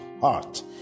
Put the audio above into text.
heart